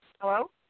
Hello